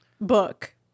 book